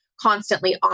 constantly